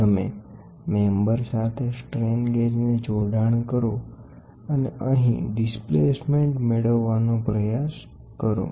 તમે મેમ્બર સાથે સ્ટ્રેન ગેજને જોડાણ કરો અને અહીં ડિસ્પ્લેસમેન્ટ મેળવવાનો પ્રયાસ કરો